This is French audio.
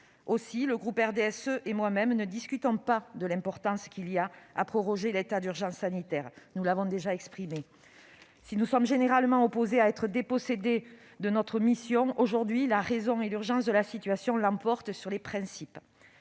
Aussi, le groupe du RDSE et moi-même ne discutons pas l'importance qu'il y a à proroger l'état d'urgence sanitaire- nous l'avons déjà exprimé. Si nous sommes généralement opposés à être dépossédés de notre mission, aujourd'hui la raison et l'urgence de la situation l'emportent sur les principes.